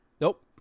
Nope